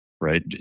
right